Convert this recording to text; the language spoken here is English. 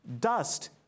Dust